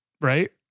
right